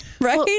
Right